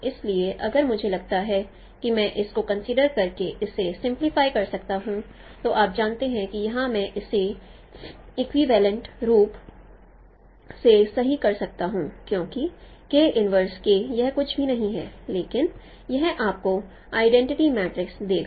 इसलिए अगर मुझे लगता है कि मैं इस को कंसीडर करके इसे सिंप्लिफाई कर सकता हूं तो आप जानते हैं कि यहां मैं इसे इक्ववेलेनट रूप से सही कर सकता हूं क्योंकि यह कुछ भी नहीं है लेकिन यह आपको आइडेन्टिटी मैट्रिक्स देगा